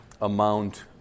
amount